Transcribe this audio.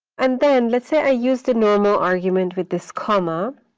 and then let's say i use the normal argument with this comma.